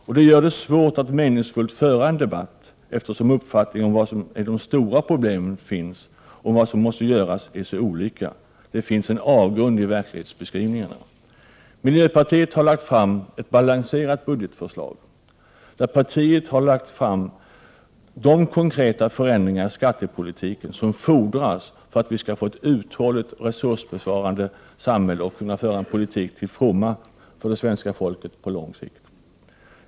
Detta gör det svårt att meningsfullt föra en debatt, eftersom uppfattningen om var de stora problemen finns och om vad som måste göras är så olika — det finns en avgrund mellan verklighetsbeskrivningarna. Miljöpartiet har lagt fram ett balanserat budgetförslag, där partiet har presenterat de konkreta förändringar i skattepolitiken som fordras för att vi skall få ett uthålligt, resursbevarande samhälle och kunna föra en politik till fromma för det svenska folket på lång sikt.